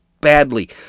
badly